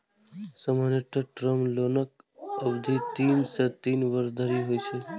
सामान्यतः टर्म लोनक अवधि तीन सं तीन वर्ष धरि होइ छै